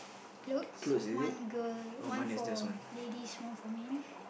clothes one girl one for ladies one for man